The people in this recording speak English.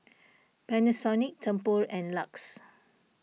Panasonic Tempur and Lux